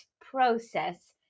process